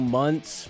months